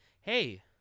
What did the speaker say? Hey